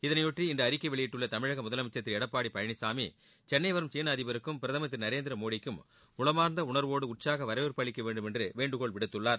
இதனையொட்டி இன்று அறிக்கை வெளியிட்டுள்ள தமிழக முதலமைச்சர் திரு எடப்பாடி பழனிசாமி சென்னை வரும் சீன அதிபருக்கும் பிரதமர் திரு நரேந்திரமோடிக்கும் உளமார்ந்த உணர்வோடு உற்சாக வரவேற்பு அளிக்க வேண்டுமென்று வேண்டுகோள் விடுத்துள்ளார்